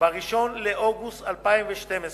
ב-1 באוגוסט 2012,